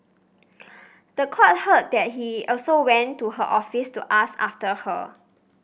the court heard that he also went to her office to ask after her